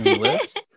list